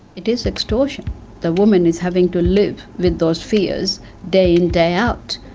it is extortion the woman is having to live with those fears day in day out.